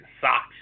socks